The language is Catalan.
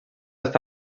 està